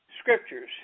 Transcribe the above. scriptures